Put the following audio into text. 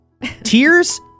Tears